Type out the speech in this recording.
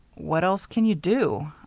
what else can you do?